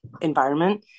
environment